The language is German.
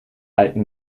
alten